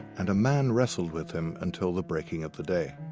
and a man wrestled with him until the breaking of the day.